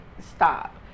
stop